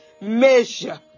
measure